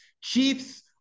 Chiefs